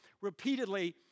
repeatedly